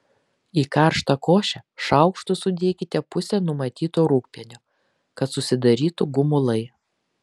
į karštą košę šaukštu sudėkite pusę numatyto rūgpienio kad susidarytų gumulai